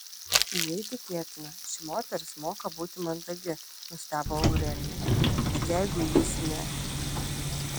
neįtikėtina ši moteris moka būti mandagi nustebo aurelija bet jeigu jis ne